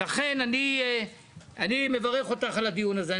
אני מברך אותך על הדיון הזה.